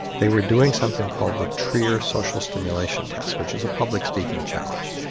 they were doing something called the trier social stimulation test, which is a public speaking challenge.